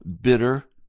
bitter